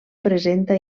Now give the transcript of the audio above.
presenta